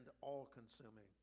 all-consuming